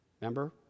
Remember